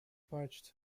parched